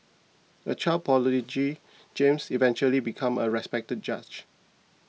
a child prodigy James eventually become a respected judge